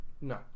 no